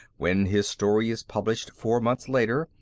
when his story is published four months later,